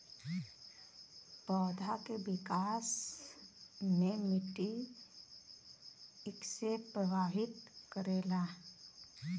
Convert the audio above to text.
पौधा के विकास मे मिट्टी कइसे प्रभावित करेला?